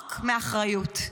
לחמוק מאחריות.